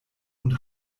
und